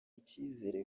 icyizere